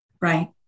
Right